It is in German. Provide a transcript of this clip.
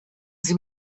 sie